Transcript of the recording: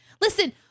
Listen